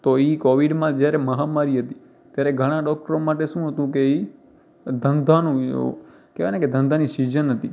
તો એ કોવિડમાં જયારે મહામારી હતી ત્યારે ઘણાં ડૉક્ટરો માટે શું હતું કે એ ધંધાનું કહેવાય ને કે ધંધાની સીઝન હતી